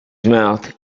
mouth